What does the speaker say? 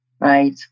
Right